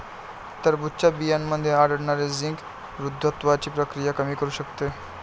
टरबूजच्या बियांमध्ये आढळणारे झिंक वृद्धत्वाची प्रक्रिया कमी करू शकते